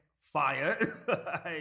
fire